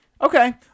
Okay